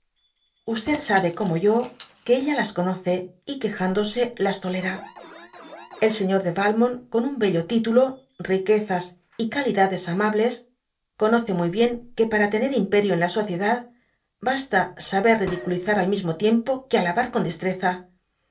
sabe como yo que ella las conoce y quejándose las tolera el señor de valmont con un bello titulo riquezas y calidades amables conoce muy bien que para tener imperio en la sociedad basta saber ridiculizar al mismo tiempo que alabar con destreza